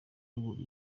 ruguru